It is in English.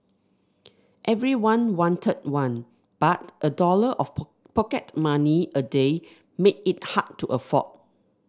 everyone wanted one but a dollar of pocket money a day made it hard to afford